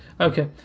Okay